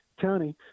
Tony